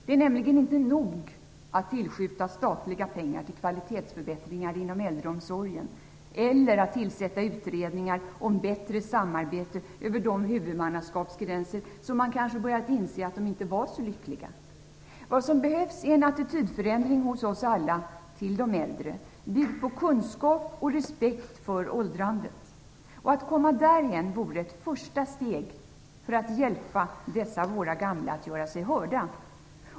Det är nämligen inte nog att tillskjuta statliga pengar till kvalitetsförbättringar inom äldreomsorgen eller att tillsätta utredningar om bättre samarbete över de huvudmannaskapsgränser som man kanske har börjat inse att de inte var så lyckliga. Vad som behövs är en attitydförändring hos oss alla till de äldre byggd på kunskap och respekt för åldrandet. Att komma därhän vore ett första steg för att hjälpa dessa våra gamla att göra sig hörda.